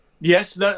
Yes